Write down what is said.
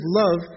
love